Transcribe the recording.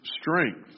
strength